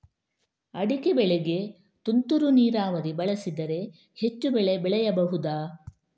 ಅಡಿಕೆ ಬೆಳೆಗೆ ತುಂತುರು ನೀರಾವರಿ ಬಳಸಿದರೆ ಹೆಚ್ಚು ಬೆಳೆ ಬೆಳೆಯಬಹುದಾ?